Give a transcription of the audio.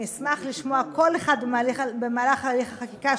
אני אשמח לשמוע כל אחד בהליך החקיקה,